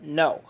no